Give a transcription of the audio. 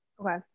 okay